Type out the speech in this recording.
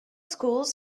schools